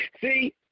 See